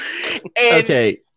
okay